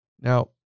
Now